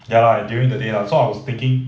ya lah during the day lah so I was thinking